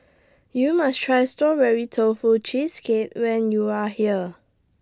YOU must Try Strawberry Tofu Cheesecake when YOU Are here